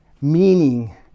meaning